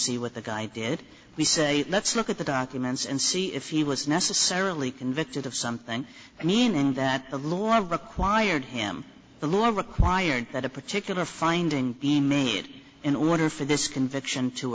see what the guy did we say let's look at the documents and see if he was necessarily convicted of something i mean and that the law required him the law required that a particular finding be made in order for this conviction to